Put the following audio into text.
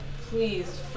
please